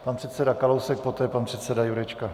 Pan předseda Kalousek, poté pan předseda Jurečka.